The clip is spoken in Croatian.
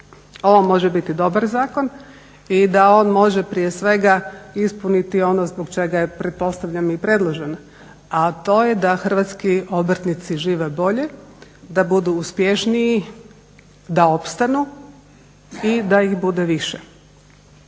ovo može biti dobar zakon i da on može prije svega ispuniti ono zbog čega je pretpostavljam i predložen, a to je da hrvatski obrtnici žive bolje, da budu uspješniji, da opstanu i da ih bude više.